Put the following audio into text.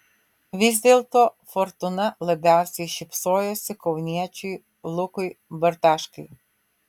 vis dėlto fortūna labiausiai šypsojosi kauniečiui lukui bartaškai